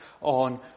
on